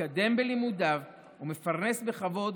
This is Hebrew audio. מתקדם בלימודיו ומפרנס בכבוד,